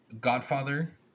Godfather